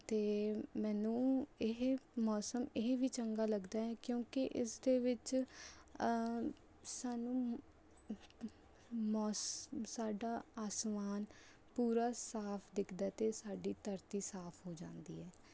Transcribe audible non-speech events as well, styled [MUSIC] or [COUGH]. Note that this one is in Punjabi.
ਅਤੇ ਮੈਨੂੰ ਇਹ ਮੌਸਮ ਇਹ ਵੀ ਚੰਗਾ ਲੱਗਦਾ ਹੈ ਕਿਉਂਕਿ ਇਸ ਦੇ ਵਿੱਚ ਸਾਨੂੰ [UNINTELLIGIBLE] ਸਾਡਾ ਆਸਮਾਨ ਪੂਰਾ ਸਾਫ ਦਿਖਦਾ ਅਤੇ ਸਾਡੀ ਧਰਤੀ ਸਾਫ ਹੋ ਜਾਂਦੀ ਹੈ